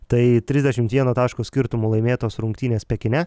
tai trisdešim vieno taško skirtumu laimėtos rungtynės pekine